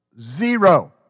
zero